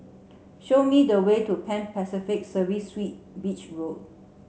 show me the way to Pan Pacific Serviced Beach Road